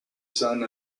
son